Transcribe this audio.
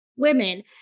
Women